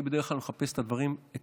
אני בדרך כלל מחפש את הפרטים.